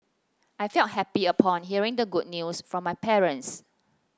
I felt happy upon hearing the good news from my parents